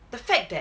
the fact that